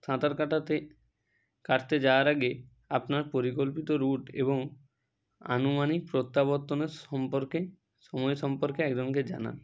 সাঁতার কাটাতে কাটতে যাওয়ার আগে আপনার পরিকল্পিত রুট এবং আনুমানিক প্রত্যাবর্তনের সম্পর্কে সময় সম্পর্কে একজনকে জানান